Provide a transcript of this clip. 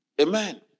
Amen